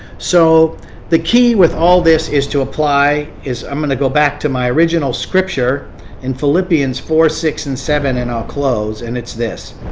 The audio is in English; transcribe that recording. so the key with all this is to apply. i'm going to go back to my original scripture in philippians four, six and seven and i'll close. and it's this,